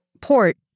port